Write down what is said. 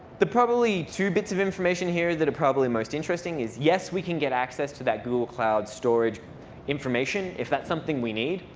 the probably two bits of information here that are probably most interesting is yes, we can get access to that google cloud storage information, if that's something we need.